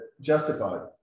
justified